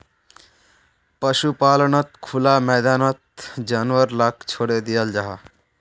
पशुपाल्नोत खुला मैदानोत जानवर लाक छोड़े दियाल जाहा